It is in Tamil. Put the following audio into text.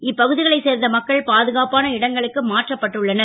இப்பகு களைச் சேர்ந்த மக்கள் பாதுகாப்பான இடங்களுக்கு மாற்றப்பட்டு உள்ளனர்